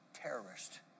terrorist